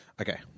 Okay